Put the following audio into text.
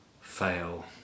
fail